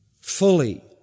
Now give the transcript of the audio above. fully